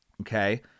Okay